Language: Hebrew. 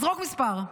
תזרוק מספר.